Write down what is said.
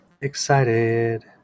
excited